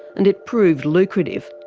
and it proved lucrative.